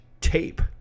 tape